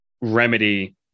remedy